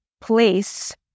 place